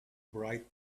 bright